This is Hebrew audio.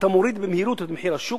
אתה מוריד במהירות את מחיר השוק,